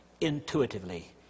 intuitively